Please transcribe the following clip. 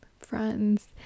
friends